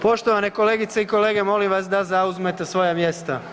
Poštovane kolegice i kolege, molim vas da zauzmete svoja mjesta.